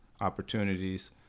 opportunities